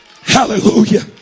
hallelujah